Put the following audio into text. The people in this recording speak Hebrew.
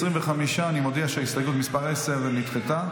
25. אני מודיע שהסתייגות מס' 10 נדחתה.